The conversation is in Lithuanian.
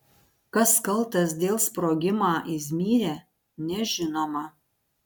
kas kaltas dėl sprogimą izmyre nežinoma